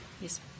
Yes